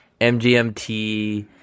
MGMT